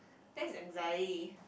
that's anxiety